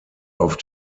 auf